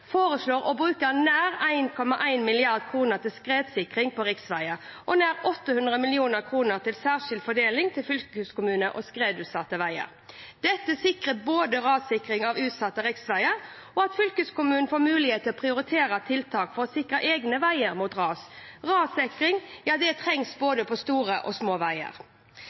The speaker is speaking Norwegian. foreslår å bruke nær 1,1 mrd. kr til skredsikring på riksveier og nær 800 mill. kr til særskilt fordeling til fylkeskommuner med skredutsatte veier. Dette sikrer både rassikring av utsatte riksveier og at fylkeskommunene får mulighet til å prioritere tiltak for å sikre egne veier mot ras. Rassikring trengs både på store og små veier.